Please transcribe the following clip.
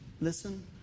listen